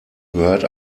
gehört